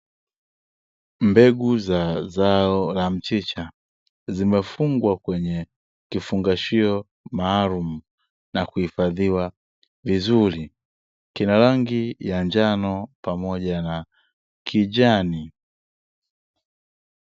Mbegu za zao la mchicha, zimefungwa kwenye kifungashio maalumu, na kuhifadhiwa vizuri, kina rangi ya njano pamoja na kijani.